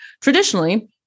Traditionally